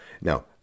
Now